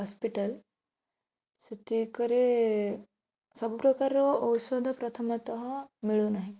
hospital ସେତିକରେ ସବୁ ପ୍ରକାରର ଔଷଧ ପ୍ରଥମତଃ ମିଳୁନାହିଁ